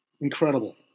Incredible